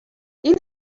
این